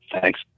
Thanks